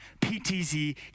PTZ